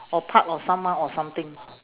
or part of someone or something